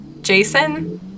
Jason